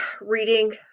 reading